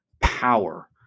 power